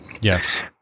Yes